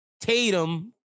Tatum